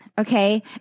Okay